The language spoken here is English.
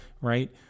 right